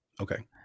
Okay